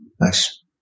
Nice